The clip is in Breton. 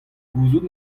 gouzout